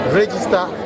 register